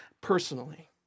personally